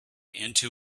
into